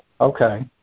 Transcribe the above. Okay